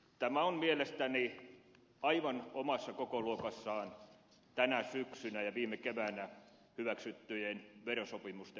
tämä on mielestäni aivan omassa kokoluokassaan tänä syksynä ja viime keväänä hyväksyttyjen verosopimusten joukossa